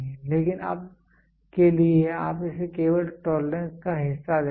लेकिन अब के लिए आप इसे केवल टॉलरेंस का हिस्सा देखेंगे